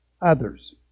others